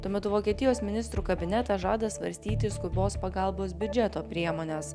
tuo metu vokietijos ministrų kabinetas žada svarstyti skubos pagalbos biudžeto priemones